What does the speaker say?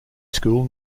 school